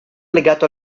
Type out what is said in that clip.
legato